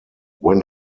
when